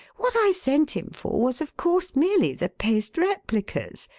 what i sent him for was, of course, merely the paste replicas.